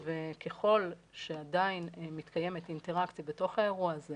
ככל שעדיין מתקיימת אינטראקציה בתוך האירוע הזה